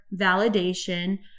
validation